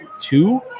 two